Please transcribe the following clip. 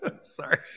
Sorry